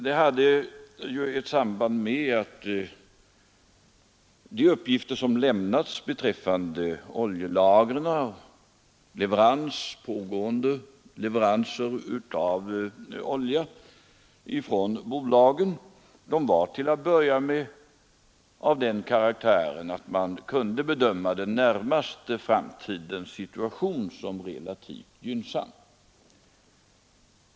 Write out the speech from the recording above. Det hade ju ett samband med att de uppgifter som lämnades om oljelager och pågående leveranser till att börja med var sådana att man kunde bedöma situationen under den närmaste framtiden som relativt gynnsam.